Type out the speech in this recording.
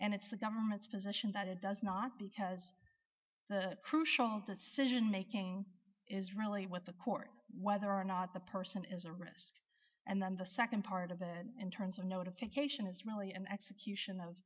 and it's the government's position that it does not because the crucial decision making is really what the court whether or not the person is a risk and then the nd part of it in terms of notification is really an execution